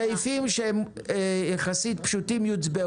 סעיפים שהם פשוטים יחסית נצביע